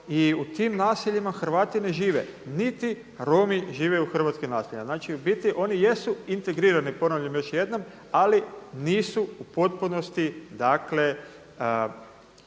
i u tim naseljima Hrvati ne žive, niti Romi žive u hrvatskim naseljima. Znači u biti oni jesu integrirani ponavljam još jednom, ali nisu u potpunosti